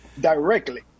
directly